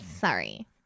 sorry